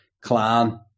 Clan